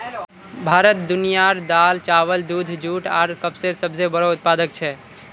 भारत दुनियार दाल, चावल, दूध, जुट आर कपसेर सबसे बोड़ो उत्पादक छे